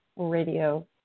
Radio